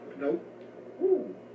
Nope